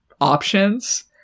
options